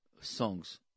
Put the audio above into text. songs